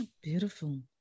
Beautiful